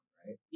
right